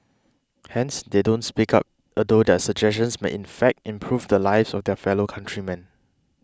hence they don't speak up although their suggestions may in fact improve the lives of their fellow countrymen